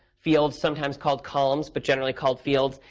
fields sometimes called columns but generally called fields.